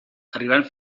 arribant